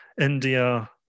India